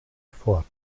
fort